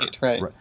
right